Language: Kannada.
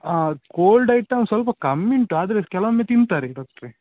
ಹಾಂ ಕೋಲ್ಡ್ ಐಟಮ್ ಸ್ವಲ್ಪ ಕಮ್ಮಿ ಉಂಟು ಆದರೆ ಕೆಲೊವೊಮ್ಮೆ ತಿನ್ತಾರೆ ಡಾಕ್ಟ್ರೆ